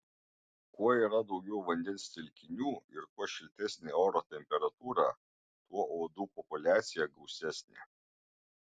kuo yra daugiau vandens telkinių ir kuo šiltesnė oro temperatūra tuo uodų populiacija gausesnė